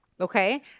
okay